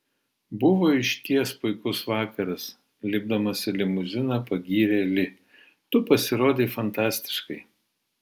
buvo išties puikus vakaras lipdamas į limuziną pagyrė li tu pasirodei fantastiškai